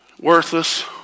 Worthless